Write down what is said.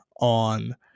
on